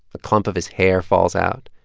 a clump of his hair falls out.